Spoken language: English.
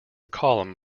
column